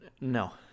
No